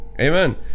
amen